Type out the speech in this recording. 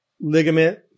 ligament